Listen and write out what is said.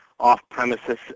off-premises